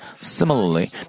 Similarly